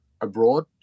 abroad